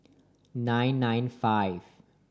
nine nine five